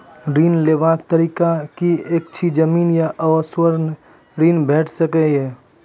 ऋण लेवाक तरीका की ऐछि? जमीन आ स्वर्ण ऋण भेट सकै ये?